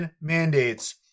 mandates